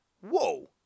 whoa